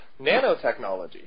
nanotechnology